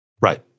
Right